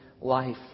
life